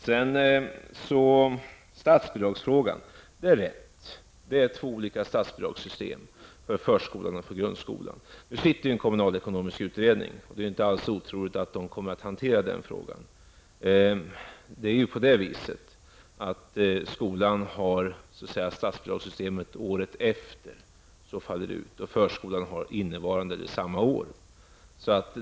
Vad gäller statsbidragsfrågan har vi mycket riktigt två olika statsbidragssystem, ett för förskolan och ett för grundskolan. Det pågår nu en kommunalekonomisk utredning, och det är inte alls otroligt att den kommer att upp den frågan. Skolan har ju ett statsbidragssystem som är uppbyggt så att statsbidraget faller ut ett år i efterskott. För förskolan utfaller det under verksamhetsåret.